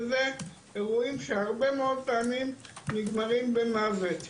וזה אירועים שהרבה מאוד פעמים נגמרים במוות.